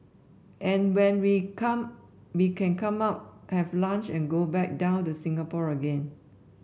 and when we come we can come up have lunch and go back down to Singapore again